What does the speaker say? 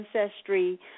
ancestry